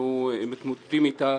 שאנחנו מתמודדים אתה.